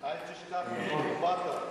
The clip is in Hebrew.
אל תשכח מאיפה באת.